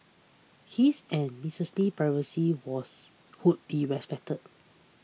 his and Mrs Lee's privacy was would be respected